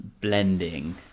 blending